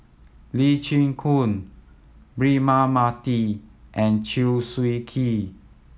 Lee Chin Koon Braema Mathi and Chew Swee Kee